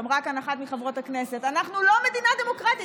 אמרה כאן אחת מחברות הכנסת: אנחנו לא מדינה דמוקרטית,